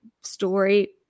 story